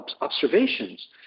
observations